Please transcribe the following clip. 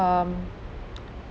um